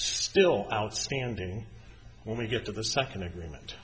still outstanding when we get to the second agreement